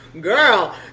Girl